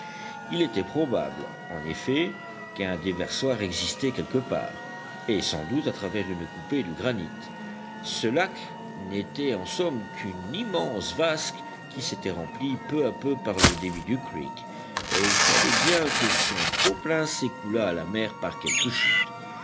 il était probable en effet qu'un déversoir existait quelque part et sans doute à travers une coupée du granit ce lac n'était en somme qu'une immense vasque qui s'était remplie peu à peu par le débit du creek et il fallait bien que son trop-plein s'écoulât à la mer par quelque chute